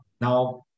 now